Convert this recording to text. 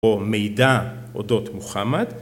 ‫או מידע אודות מוחמד